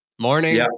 morning